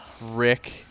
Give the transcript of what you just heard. Rick